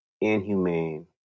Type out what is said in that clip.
inhumane